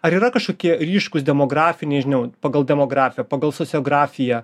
ar yra kažkokie ryškūs demografiniai žinau pagal demografiją pagal sociografiją